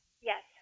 Yes